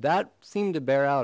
that seem to bear out